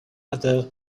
other